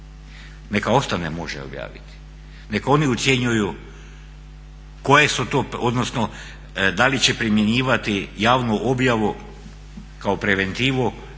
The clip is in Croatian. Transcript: Neka ostane može objaviti, neka oni ocjenjuju koje su to, odnosno da li će primjenjivati javnu objavu kao preventivu,